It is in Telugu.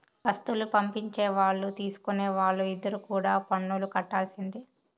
వస్తువులు పంపించే వాళ్ళు తీసుకునే వాళ్ళు ఇద్దరు కూడా పన్నులు కట్టాల్సిందే